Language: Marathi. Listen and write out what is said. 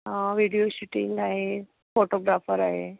विडिओ शूटिंग आहे फोटोग्राफर आहे